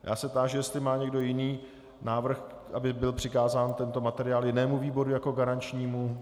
Já se táži, jestli má někdo jiný návrh, aby byl přikázán tento materiál jinému výboru jako garančnímu.